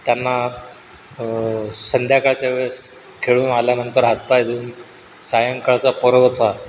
त्यांना संध्याकाळच्या वेळेस खेळून आल्यानंतर हातपाय धुऊन सायंकाळचा परवचा